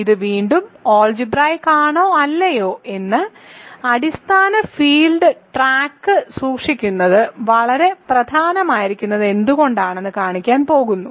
ഇത് വീണ്ടും ആൾജിബ്രായിക്ക് ആണോ അല്ലയോ എന്ന് അടിസ്ഥാന ഫീൽഡിന്റെ ട്രാക്ക് സൂക്ഷിക്കുന്നത് വളരെ പ്രധാനമായിരിക്കുന്നത് എന്തുകൊണ്ടാണെന്ന് കാണിക്കാൻ പോകുന്നു